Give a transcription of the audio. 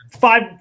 five